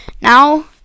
now